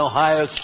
Ohio